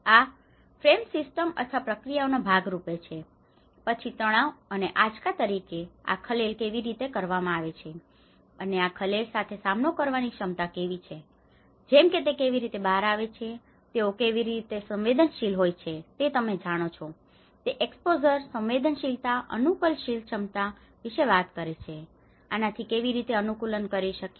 આ frames system અથવા પ્રક્રિયાઓના ભાગ રૂપે છે અને પછી તણાવ અને આંચકા તરીકે આ ખલેલ કેવી રીતે આવે છે અને આ ખલેલ સાથે સામનો કરવાની ક્ષમતા કેવી છે જેમ કે તે કેવી રીતે બહાર આવે છે તેઓ કેવી રીતે સંવેદનશીલ હોય છે તે તમે જાણો છો તે એક્સપોઝર સંવેદનશીલતા અનુકૂલનશીલ ક્ષમતા વિશે વાત કરે છે તેઓ આનાથી કેવી રીતે અનુકૂલન કરી શકે છે